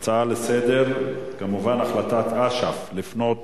בסדר-היום: החלטת אש"ף לפנות